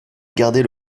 garder